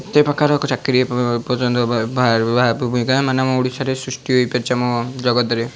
କେତେ ପ୍ରକାର ଚାକିରୀ ଏ ପର୍ଯ୍ୟନ୍ତ ମାନେ ଆମ ଓଡ଼ିଶାରେ ସୃଷ୍ଟି ହେଇ ପାରିଛି ଆମ ଜଗତରେ